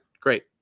great